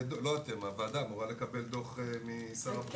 הוועדה אמורה לקבל דוח משר הבריאות.